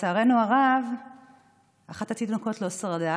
לצערנו הרב אחת התינוקות לא שרדה,